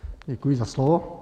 Děkuji za slovo.